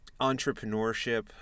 entrepreneurship